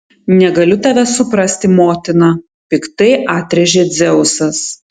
negaliu tavęs suprasti motina piktai atrėžė dzeusas